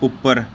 ਉੱਪਰ